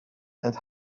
and